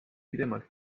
hiljemalt